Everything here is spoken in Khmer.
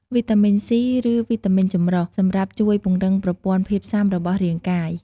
វីតាមីន C ឬវីតាមីនចម្រុះ សម្រាប់ជួយពង្រឹងប្រព័ន្ធភាពស៊ាំរបស់រាងកាយ។